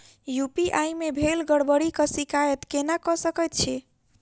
UPI मे भेल गड़बड़ीक शिकायत केना कऽ सकैत छी?